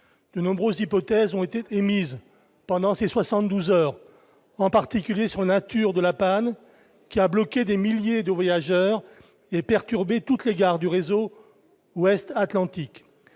de nombreuses hypothèses ont été émises pendant ces 72 heures, en particulier sur la nature de la panne qui a bloqué des milliers de voyageurs et perturbé toutes les gares du réseau ouest Atlantique